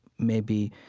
maybe,